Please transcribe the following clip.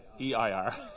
E-I-R